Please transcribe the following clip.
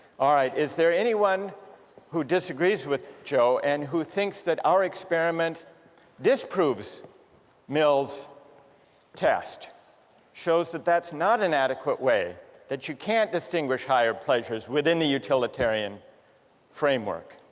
is there anyone who disagrees with joe and who thinks that our experiment disproves mills' test shows that that's not an adequate way that you can't distinguish higher pleasures within the utilitarian framework.